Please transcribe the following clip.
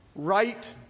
right